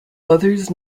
others